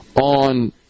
on